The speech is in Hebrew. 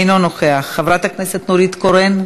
מוותרת,